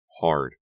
hard